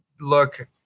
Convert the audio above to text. look